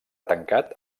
tancat